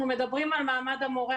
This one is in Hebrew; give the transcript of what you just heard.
אנחנו מדברים על מעמד המורה,